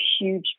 huge